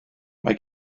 mae